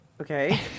Okay